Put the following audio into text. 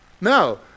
no